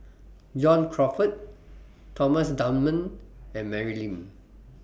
John Crawfurd Thomas Dunman and Mary Lim